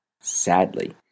Sadly